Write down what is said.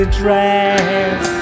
dress